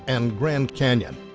and grand canyon.